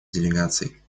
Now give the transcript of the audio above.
делегаций